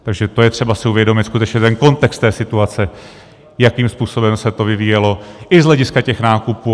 Takže to je třeba si uvědomit, skutečně, ten kontext té situace, jakým způsobem se to vyvíjelo i z hlediska těch nákupů.